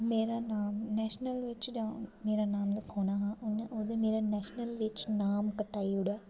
मेरा नां नैशनल बिच मेरा नां लखोना हा उ'नें मेरा नैशनल बिच्चा नां कटाई ओड़ेआ